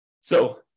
So-